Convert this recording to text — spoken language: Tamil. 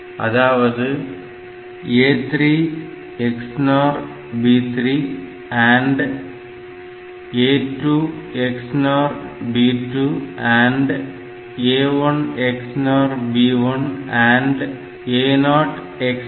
அதாவது AND AND AND A0 XNOR B0